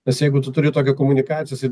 nes jeigu tu turi tokią komunikaciją jisai